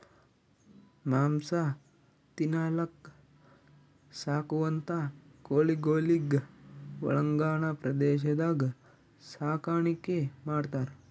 ಮಾಂಸ ತಿನಲಕ್ಕ್ ಸಾಕುವಂಥಾ ಕೋಳಿಗೊಳಿಗ್ ಒಳಾಂಗಣ ಪ್ರದೇಶದಾಗ್ ಸಾಕಾಣಿಕೆ ಮಾಡ್ತಾರ್